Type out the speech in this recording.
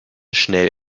schnell